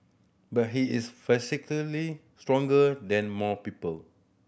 but he is psychologically stronger than more people